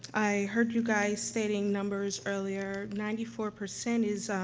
i heard you guys stating numbers earlier. ninety-four percent is,